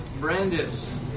Brandis